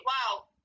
Wow